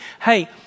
Hey